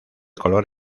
color